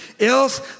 Else